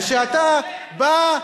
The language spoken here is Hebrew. על שאתה בא,